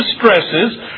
distresses